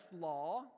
law